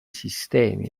sistemi